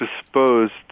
disposed